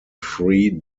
free